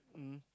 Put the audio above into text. mm